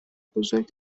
بزرگ